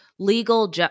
legal